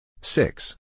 Six